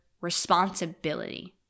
responsibility